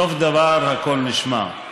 סוף דבר, הכול נשמע.